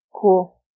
Cool